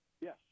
Yes